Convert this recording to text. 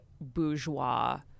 bourgeois